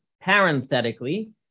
Parenthetically